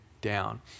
down